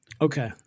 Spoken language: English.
Okay